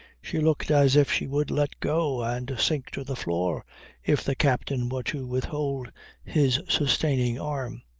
she looked as if she would let go and sink to the floor if the captain were to withhold his sustaining arm.